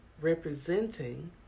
representing